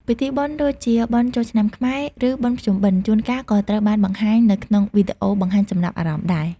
ពិធីបុណ្យដូចជាបុណ្យចូលឆ្នាំខ្មែរ ឬបុណ្យភ្ជុំបិណ្ឌ ជួនកាលក៏ត្រូវបានបង្ហាញនៅក្នុងវីដេអូបង្ហាញចំណាប់អារម្មណ៍ដែរ។